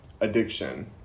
addiction